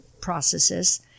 processes